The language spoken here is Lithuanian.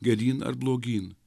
geryn ar blogyn